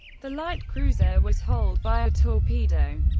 the light cruiser was holed by a torpedo.